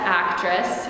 actress